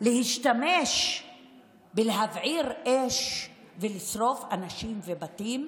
להשתמש בלהבעיר אש ולשרוף אנשים ובתים?